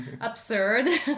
absurd